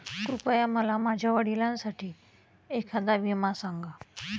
कृपया मला माझ्या वडिलांसाठी एखादा विमा सांगा